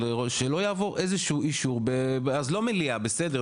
שלא יעבור איזשהו אישור אז לא מליאה בסדר,